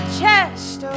chest